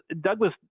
douglas